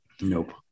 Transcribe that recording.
Nope